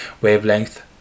wavelength